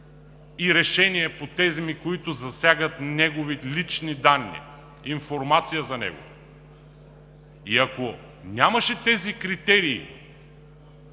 и решение по теми, които засягат негови лични данни, информация за него. Ако ги нямаше тези критерии,